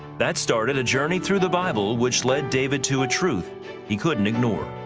that started a journey through the bible which led david to a truth he couldn't ignore.